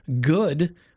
good